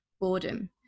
boredom